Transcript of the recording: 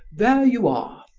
there you are!